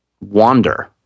Wander